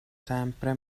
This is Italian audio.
sempre